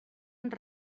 amb